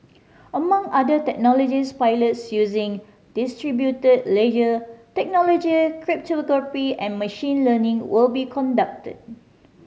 among other technologies pilots using distributed ledger technology cryptography and machine learning will be conducted